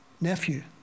nephew